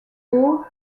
aux